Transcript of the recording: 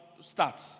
start